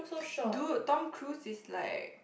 dude Tom-Cruise is like